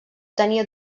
tenia